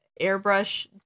airbrush